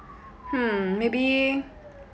hmm maybe